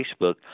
Facebook